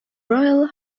royal